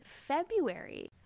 February